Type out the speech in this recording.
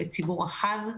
לציבור רחב.